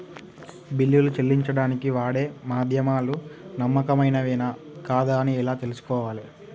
బిల్లులు చెల్లించడానికి వాడే మాధ్యమాలు నమ్మకమైనవేనా కాదా అని ఎలా తెలుసుకోవాలే?